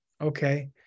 Okay